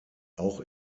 auch